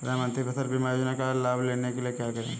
प्रधानमंत्री फसल बीमा योजना का लाभ लेने के लिए क्या करें?